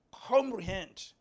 comprehend